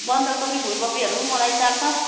बन्दकोपी फुलकोपीहरू मलाई चार पाँच